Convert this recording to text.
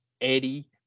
Eddie